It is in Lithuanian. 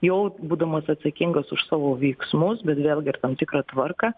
jau būdamas atsakingas už savo veiksmus bet vėlgi ir tam tikrą tvarką